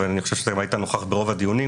ואני חושב שהיית נוכח ברוב הדיונים,